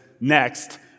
next